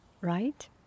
right